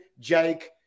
Jake